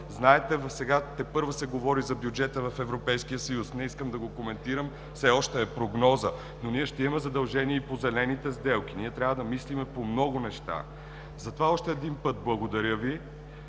Знаете, засега тепърва ще се говори за бюджета в Европейския съюз, не искам да го коментирам, все още е прогноза. Но ние ще имаме задължение и по зелените сделки, ние трябва да мислим по много неща. Затова още един път – благодаря Ви.